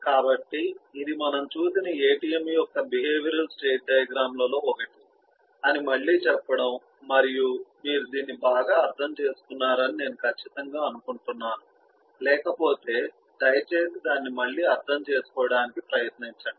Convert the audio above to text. కాబట్టి ఇది మనము చేసిన ATM యొక్క బిహేవియరల్ స్టేట్ డయాగ్రమ్ లలో ఒకటి అని మళ్ళీ చెప్పడం మరియు మీరు దీన్ని బాగా అర్థం చేసుకున్నారని నేను ఖచ్చితంగా అనుకుంటున్నాను లేకపోతే దయచేసి దాన్ని మళ్ళీ అర్థం చేసుకోవడానికి ప్రయత్నించండి